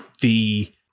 the-